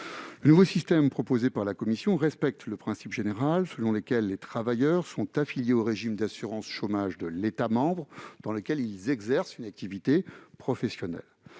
Le nouveau système proposé par la Commission européenne respecte le principe général selon lequel les travailleurs sont affiliés au régime d'assurance chômage de l'État membre dans lequel ils exercent une activité professionnelle.